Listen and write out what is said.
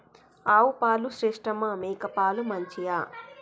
ఆవు పాలు శ్రేష్టమా మేక పాలు మంచియా?